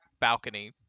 balcony